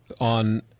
on